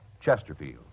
chesterfield